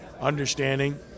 understanding